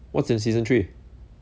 what's in season three